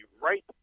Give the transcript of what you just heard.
right